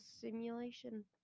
simulation